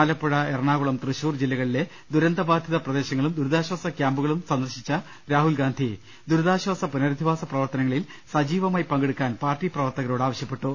ആലപ്പുഴ എറണാകുളം തൃശൂർ ജില്ലകളിലെ ദുര ന്തബാധിത പ്രദേശങ്ങളും ദുരിതാശാസ ക്യാമ്പുകളും സന്ദർശിച്ച രാഹുൽഗാന്ധി ദുരിതാശ്ചാസ പുനരധിവാസ പ്രവർത്തനങ്ങളിൽ സജീവമായി പങ്കെടുക്കാൻ പാർട്ടി പ്രവർത്തകരോട് ആവശ്യപ്പെട്ടു